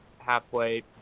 halfway